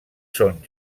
són